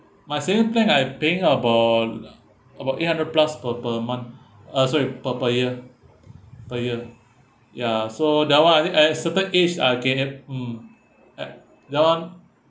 my saving plan I paying about about eight hundred plus per per month uh sorry per per year per year ya so that [one] I think at certain age I can i~ mm uh that [one]